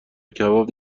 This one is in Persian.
کباب